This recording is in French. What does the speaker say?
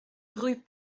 rue